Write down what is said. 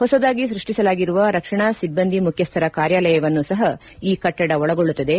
ಹೊಸದಾಗಿ ಸ್ಪಷ್ಪಿಸಲಾಗಿರುವ ರಕ್ಷಣಾ ಸಿಬ್ಬಂದಿ ಮುಖ್ಯಸ್ದರ ಕಾರ್ಯಾಲಯವನ್ನು ಸಹ ಈ ಕಟ್ಟಡ ಒಳಗೊಳ್ಳುತ್ತದೆ